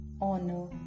honor